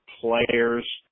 players